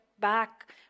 back